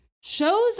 shows